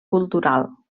cultural